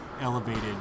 elevated